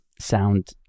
sound